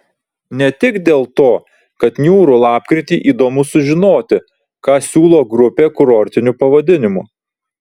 ne tik dėl to kad niūrų lapkritį įdomu sužinoti ką siūlo grupė kurortiniu pavadinimu